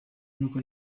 n’uko